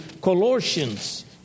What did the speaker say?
Colossians